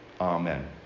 Amen